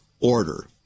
Order